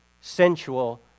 sensual